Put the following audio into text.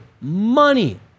money